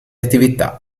attività